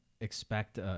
expect